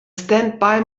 standby